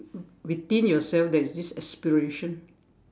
within yourself there is this aspiration